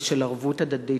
ושל ערבות הדדית.